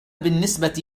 بالنسبة